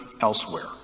elsewhere